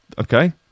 Okay